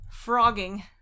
frogging